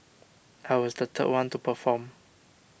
I was the third one to perform